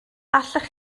allech